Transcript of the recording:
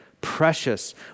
Precious